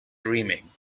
dreaming